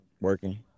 working